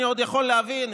אני עוד יכול להבין,